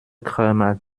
krämer